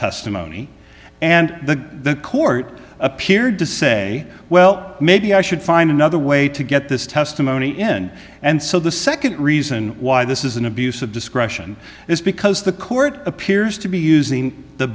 testimony and the court appeared to say well maybe i should find another way to get this testimony in and so the second reason why this is an abuse of discretion is because the court appears to be using the